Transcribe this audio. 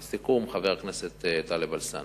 לסיכום, חבר הכנסת טלב אלסאנע,